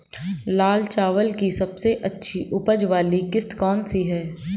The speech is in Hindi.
लाल चावल की सबसे अच्छी उपज वाली किश्त कौन सी है?